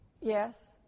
Yes